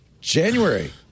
January